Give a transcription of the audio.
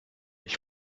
ich